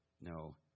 No